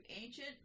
ancient